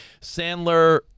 Sandler